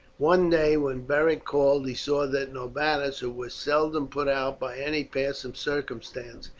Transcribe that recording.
one day when beric called he saw that norbanus, who was seldom put out by any passing circumstance,